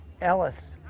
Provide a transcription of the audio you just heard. Ellis